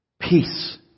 Peace